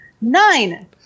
Nine